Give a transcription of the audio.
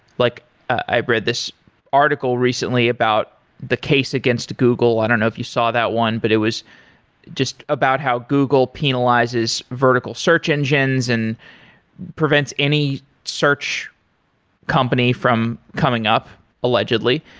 like i've read this article recently about the case against google. i don't know if you saw that one, but it was just about how google penalizes vertical search engines and prevents any search company from coming up allegedly.